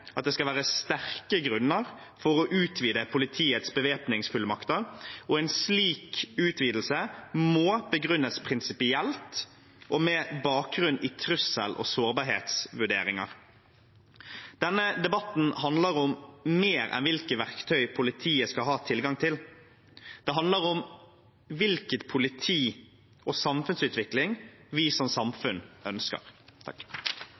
at det skal sterke grunner til for å utvide politiets bevæpningsfullmakter. En slik utvidelse må begrunnes prinsipielt og med bakgrunn i trussel- og sårbarhetsvurderinger. Denne debatten handler om mer enn hvilke verktøy politiet skal ha tilgang til. Den handler om hvilket politi og hvilken samfunnsutvikling vi som